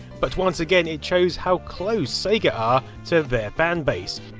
but once again it shows how close sega are to their fan base.